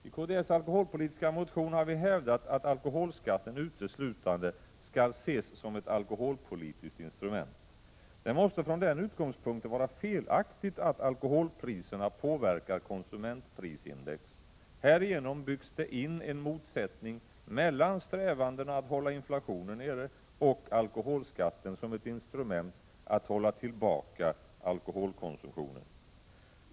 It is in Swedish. I kds alkoholpolitiska motion har vi hävdat att alkoholskatten uteslutande skall ses som ett alkoholpolitiskt instrument. Det måste från den utgångspunkten vara felaktigt att alkoholpriserna påverkar konsumentprisindex. Härigenom byggs det in en motsättning mellan strävandena att hålla inflationen nere och alkoholskatten som ett instrument att hålla tillbaka alkoholkonsumtionen.